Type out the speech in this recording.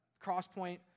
Crosspoint